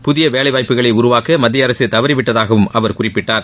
புதிய வேலைவாய்ப்புக்களை உருவாக்க மத்திய அரசு தவறிவிட்டதாகவும் அவர் குறிப்பிட்டார்